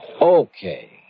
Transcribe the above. Okay